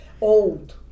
old